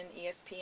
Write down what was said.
ESPN